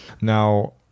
now